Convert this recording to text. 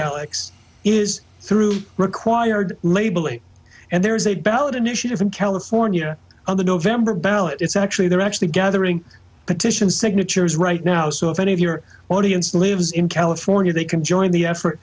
alex is through required labeling and there's a ballot initiative in california on the november ballot it's actually they're actually gathering petition signatures right now so if any of your audience lives in california they can join the effort